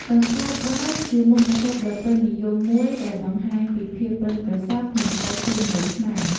កង្កែបបោក ជាមុខម្ហូបដ៏ពេញនិយមមួយដែលបង្ហាញពីភាពប៉ិនប្រសប់ក្នុងការធ្វើម្ហូបខ្មែរ។